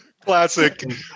classic